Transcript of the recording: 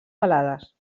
pelades